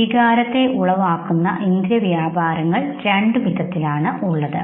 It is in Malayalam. വികാരത്തെ ഉളവാക്കുന്ന ഇന്ദ്രിയാവ്യാപാരങ്ങൾ രണ്ടു വിധം ഉണ്ട്